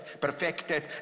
perfected